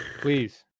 Please